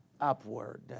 upward